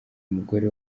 umugore